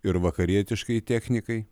ir vakarietiškai technikai